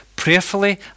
prayerfully